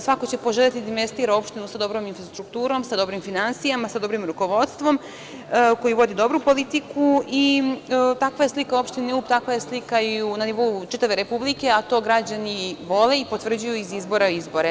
Svako će poželeti da investira u opštinu sa dobrom infrastrukturom, sa dobrim finansijama, sa dobrim rukovodstvom, koji vodi dobru politiku i takva je slika u opštini Ub, takva je slika i na nivou čitave Republike, a to građani vole i potvrđuju iz izbora u izbore.